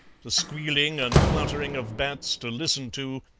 the squealing and fluttering of bats to listen to,